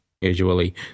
usually